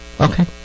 Okay